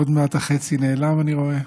עוד מעט החצי נעלם, אני רואה.